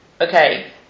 okay